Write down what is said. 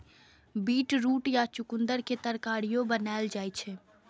beetroot या चुकंदर के तरकारियो बनाएल जाइ छै